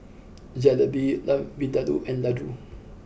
Jalebi Lamb Vindaloo and Ladoo